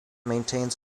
maintains